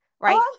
Right